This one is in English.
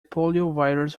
poliovirus